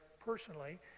personally